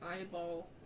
eyeball